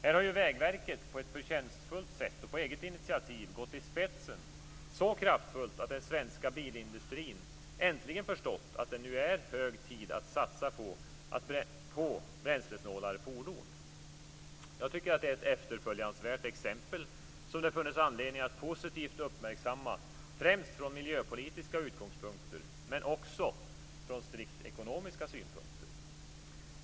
Här har Vägverket på ett förtjänstfullt sätt och på eget initiativ gått i spetsen så kraftfullt att den svenska bilindustrin äntligen förstått att det nu är hög tid att satsa på bränslesnålare fordon. Jag tycker att det är ett efterföljansvärt exempel som det funnes anledning att positivt uppmärksamma, främst från miljöpolitiska utgångspunkter, men också från strikt ekonomiska synpunkter.